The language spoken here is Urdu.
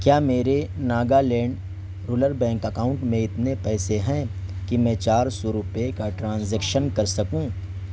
کیا میرے ناگا لینڈ بینک اکاؤنٹ میں اتنے پیسے ہیں کہ میں چار سو روپئے کا ٹرانزیکشن کر سکوں